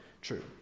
true